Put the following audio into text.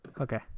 Okay